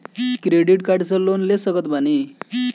Credit card से loan ले सकत बानी?